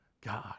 God